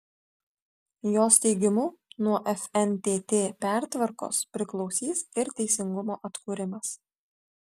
jos teigimu nuo fntt pertvarkos priklausys ir teisingumo atkūrimas